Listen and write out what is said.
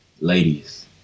Ladies